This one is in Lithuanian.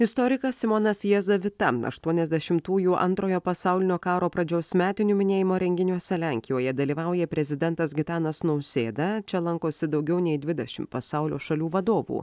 istorikas simonas jazavita aštuoniasdešimtųjų antrojo pasaulinio karo pradžios metinių minėjimo renginiuose lenkijoje dalyvauja prezidentas gitanas nausėda čia lankosi daugiau nei dvidešim pasaulio šalių vadovų